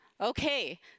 Okay